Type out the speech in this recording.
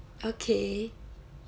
okay